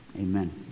Amen